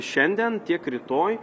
šiandien tiek rytoj